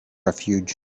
refuge